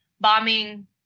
bombing